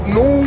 no